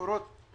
מקורות